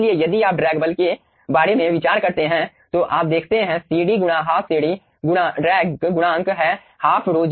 इसलिए यदि आप ड्रैग बल के बारे में विचार करते हैं तो आप देखते हैं CD गुणा हाफ CD ड्रैग गुणांक है ½ ρg Vt2 गुणा A